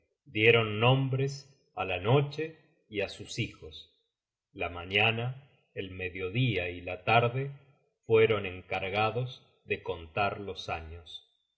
dieron nombres á la noche y á sus hijos la mañana el mediodía y la tarde fueron encargados de contar los años